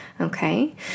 Okay